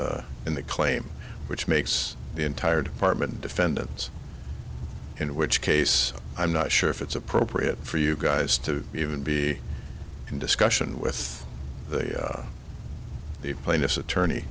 the in the claim which makes the entire department defendant's in which case i'm not sure if it's appropriate for you guys to even be in discussion with the plaintiff's attorney